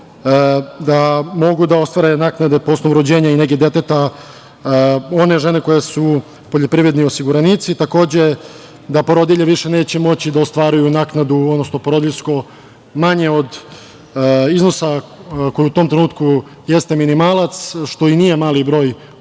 da mogu da ostvare naknade po osnovu rođenja i nege deteta one žene koje su poljoprivredni osiguranici, takođe da porodilje neće moći da ostvaruju naknadu, odnosno porodiljsko, manje od iznosa koji u tom trenutku jeste minimalac, što i nije mali broj majki,